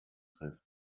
trifft